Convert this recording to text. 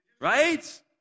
right